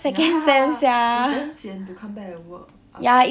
ya haha it's like damn sian to come back and work ah